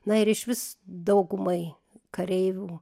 na ir išvis daugumai kareivių